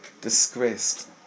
Disgraced